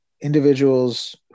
individuals